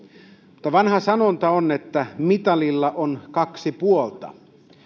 mutta vanha sanonta on että mitalilla on kaksi puolta